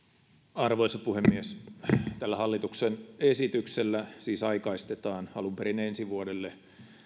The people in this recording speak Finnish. arvoisa puhemies tällä hallituksen esityksellä siis aikaistetaan alun perin ensi vuodelle